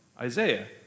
Isaiah